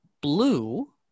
Blue